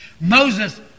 Moses